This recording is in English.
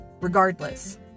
regardless